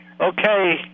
Okay